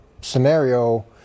scenario